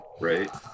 right